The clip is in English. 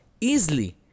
easily